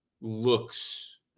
looks